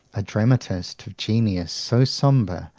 a dramatist of genius so sombre,